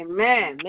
Amen